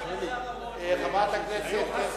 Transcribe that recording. היו